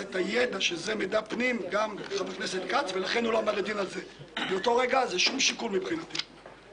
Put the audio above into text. אז הוא ידע שהוא עומד בפני כתב אישום על עבירות שחיתות,